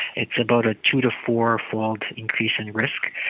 it's about a two to four fold increase in risk.